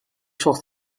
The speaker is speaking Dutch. zocht